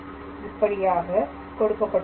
இப்படியாக கொடுக்கப்பட்டுள்ளது